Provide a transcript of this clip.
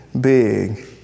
big